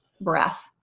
breath